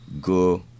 go